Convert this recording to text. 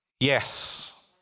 Yes